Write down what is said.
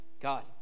God